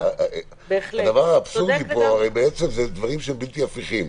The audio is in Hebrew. זה דברים שהם בלתי הפיכים.